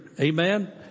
Amen